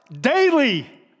daily